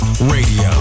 Radio